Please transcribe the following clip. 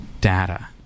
data